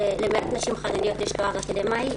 למעט נשים חרדיות יש תואר אקדמאי,